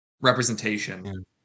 representation